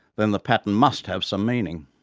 then the pattern must have some meaning.